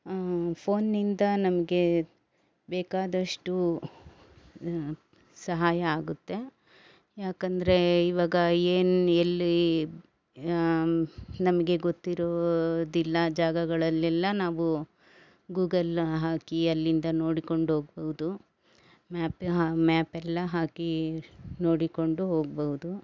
ಫೋನ್ನಿಂದ ನಮಗೆ ಬೇಕಾದಷ್ಟು ಸಹಾಯ ಆಗುತ್ತೆ ಯಾಕಂದರೆ ಇವಾಗ ಏನು ಎಲ್ಲಿ ನಮಗೆ ಗೊತ್ತಿರೋದಿಲ್ಲ ಜಾಗಗಳಲ್ಲೆಲ್ಲ ನಾವು ಗೂಗಲ್ಲ ಹಾಕಿ ಅಲ್ಲಿಂದ ನೋಡಿಕೊಂಡೋಗ್ಬೌದು ಮ್ಯಾಪ್ ಮ್ಯಾಪ್ ಎಲ್ಲ ಹಾಕಿ ನೋಡಿಕೊಂಡು ಹೋಗ್ಬೌದು